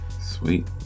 Sweet